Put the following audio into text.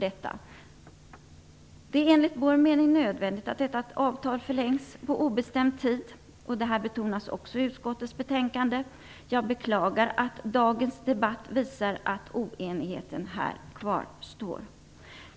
Det är enligt vår mening nödvändigt att detta avtal förlängs på obestämd tid. Det betonas också i utskottets betänkande. Jag beklagar att dagens debatt visar att oenigheten här kvarstår.